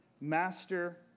Master